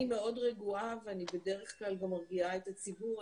אני מאוד רגועה ואני בדרך כלל גם מרגיעה את הציבור.